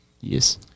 Yes